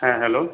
হ্যাঁ হ্যালো